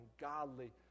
godly